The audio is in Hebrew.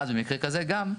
אז במקרה כזה גם,